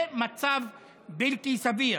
זה מצב בלתי סביר.